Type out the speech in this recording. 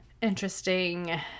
interesting